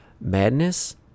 Madness